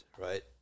right